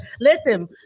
Listen